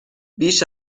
بیش